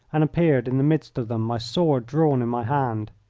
and appeared in the midst of them, my sword drawn in my hand.